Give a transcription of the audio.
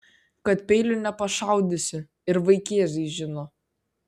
kad peiliu nepašaudysi ir vaikėzai žino